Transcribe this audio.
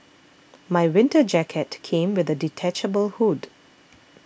my winter jacket came with a detachable hood